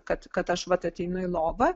kad kad aš vat ateinu į lovą